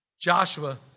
Joshua